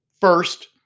First